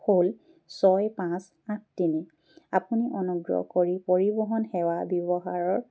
হ'ল ছয় পাঁচ আঠ তিনি আপুনি অনুগ্ৰহ কৰি পৰিবহণ সেৱা ব্যৱহাৰৰ